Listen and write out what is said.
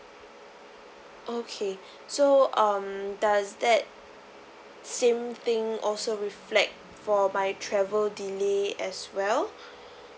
okay so um does that same thing also reflect for my travel delay as well